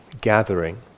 gathering